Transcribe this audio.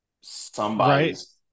Somebody's